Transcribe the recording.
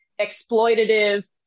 exploitative